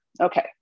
Okay